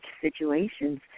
situations